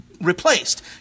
replaced